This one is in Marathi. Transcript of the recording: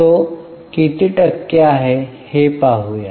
तो किती टक्के आहे हे पाहूया